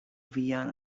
vian